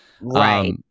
Right